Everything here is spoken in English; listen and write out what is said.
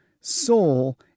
soul